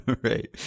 right